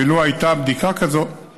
ולו הייתה בדיקה כזאת,